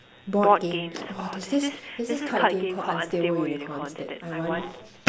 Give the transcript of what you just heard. board games oh there's this there's this card game called unstable unicorns that I want